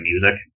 music